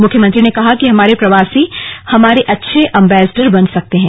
मुख्यमंत्री ने कहा कि हमारे प्रवासी हमारे अच्छे अम्बेसडर बन सकते हैं